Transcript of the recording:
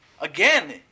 again